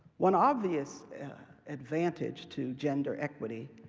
one obvious advantage to gender equity